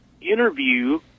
interview